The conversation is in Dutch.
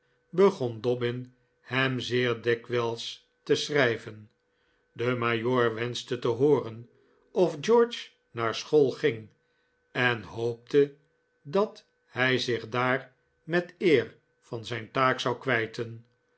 begon dobbin hem zeer dikwijls te schrijven de majoor wenschte te hooren of george naar school ging en hoopte dat hij zich daar met eer van zijn taak zou kwijten